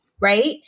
Right